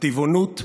הטבעונות,